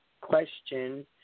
question